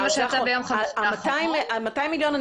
ה-200 מיליון,